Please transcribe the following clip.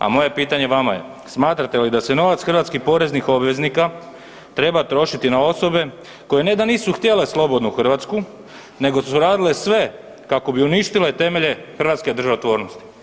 A moje pitanje vama je smatrate li da se novac hrvatskih poreznih obveznika treba trošiti na osobe koje ne da nisu htjele slobodnu Hrvatsku nego su radile sve kako bi uništile temelje hrvatske državotvornosti?